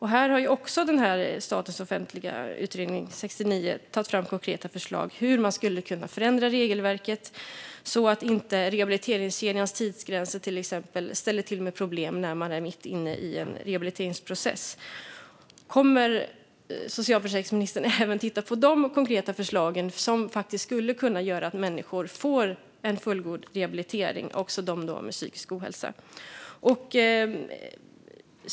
Här har SOU 2021:69 tagit fram konkreta förslag om hur man skulle kunna förändra regelverket så att till exempel rehabiliteringskedjans tidsgränser inte ställer till med problem när man är mitt i en rehabiliteringsprocess. Kommer socialförsäkringsministern att även titta på de konkreta förslag som faktiskt skulle kunna göra att människor får en fullgod rehabilitering, också människor med psykisk ohälsa?